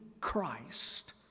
Christ